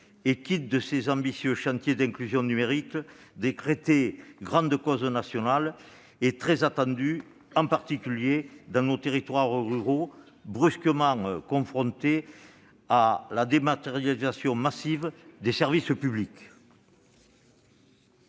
? Et de cet ambitieux chantier d'inclusion numérique, décrété grande cause nationale ? Il est très attendu, en particulier dans nos territoires ruraux brusquement confrontés à la dématérialisation massive des services publics.